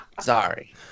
Sorry